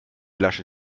lasche